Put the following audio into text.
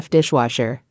Dishwasher